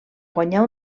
guanyar